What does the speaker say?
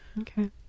okay